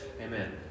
Amen